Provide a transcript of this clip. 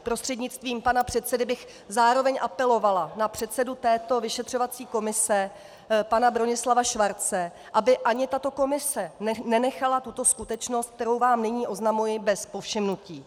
Prostřednictvím pana předsedy bych zároveň apelovala na předsedu této vyšetřovací komise pana Bronislava Schwarze, aby ani tato komise nenechala tuto skutečnost, kterou vám nyní oznamuji, bez povšimnutí.